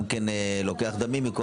הוא גם לוקח דמים.